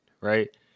right